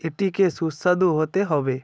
এটিকে সুস্বাদু হতে হবে